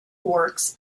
works